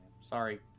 sorry